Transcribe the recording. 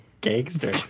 gangster